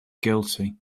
guilty